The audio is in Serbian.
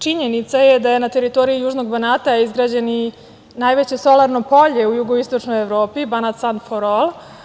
Činjenica je da je na teritoriji južnog Banata izgrađen i najveće solarno polje u jugoistočnoj Evropi, „Banat san for“